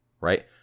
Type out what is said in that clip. right